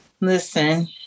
Listen